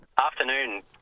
Afternoon